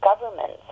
governments